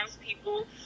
people